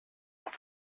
rome